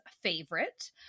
favorite